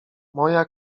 moja